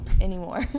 anymore